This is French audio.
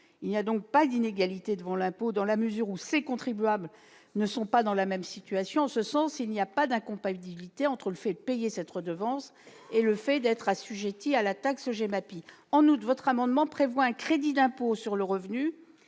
Il n'y a donc pas d'inégalité devant l'impôt dans la mesure où ces contribuables ne sont pas dans la même situation. En l'espèce, il n'y a pas d'incompatibilité entre le fait de payer cette redevance et le fait d'être assujetti à la taxe GEMAPI. En outre, votre amendement prévoit un crédit d'impôt sur le revenu